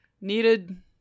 Needed